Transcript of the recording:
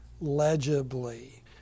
legibly